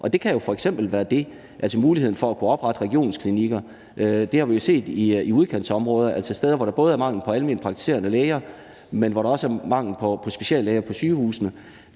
at komme til at arbejde i de områder. Vi har jo set i udkantsområder, altså steder, hvor der både er mangel på alment praktiserende læger, men hvor der også er mangel på speciallæger på sygehusene,